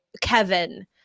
Kevin